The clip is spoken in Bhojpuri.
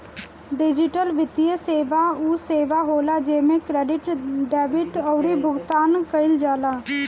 डिजिटल वित्तीय सेवा उ सेवा होला जेमे क्रेडिट, डेबिट अउरी भुगतान कईल जाला